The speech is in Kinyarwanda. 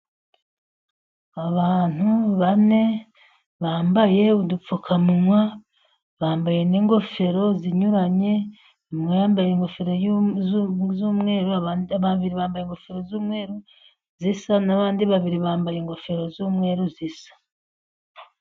Abantu bane bambaye udupfukamunwa bambaye n'ingofero zinyuranye. Babiri bambaye ingofero z'umweru zisa n'abandi babiri bambaye ingofero z'umweru zisa.